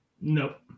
Nope